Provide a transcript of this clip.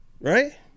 Right